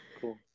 cool